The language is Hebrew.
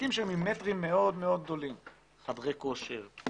עסקים שהם עם מטרים מאוד מאוד גדולים כמו חדרי כושר,